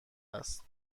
است